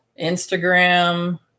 Instagram